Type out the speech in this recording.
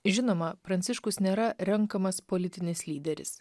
žinoma pranciškus nėra renkamas politinis lyderis